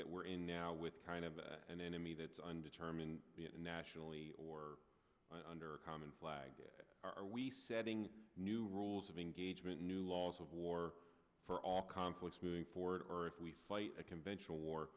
that we're in now with kind of an enemy that is undetermined nationally or under a common flag are we setting new rules of engagement new laws of war for our conflicts moving forward or if we fight a conventional war